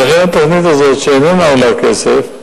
ולכן, התוכנית הזאת, שאיננה עולה כסף,